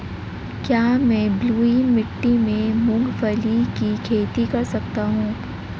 क्या मैं बलुई मिट्टी में मूंगफली की खेती कर सकता हूँ?